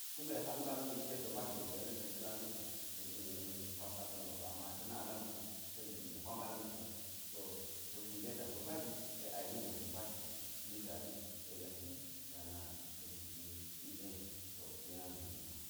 Kume hal mbala̱n wulke dlo mbadl go be we na̱k kaŋ ta̱ lami ɗe ta̱s a̱a̱ kwas asa̱n gwa so ama ta̱ na lamti ta̱k da̱m ɗe hwa mbala̱nka̱n, so sa̱ hwi ɗe ta dlo madli yek a yeni go dlot mbadl ni hwaɓi yek laki ye a na a̱a̱ da̱mti gi hwaɓi to ta̱ nya zini ang.